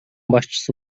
башчысы